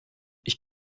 ich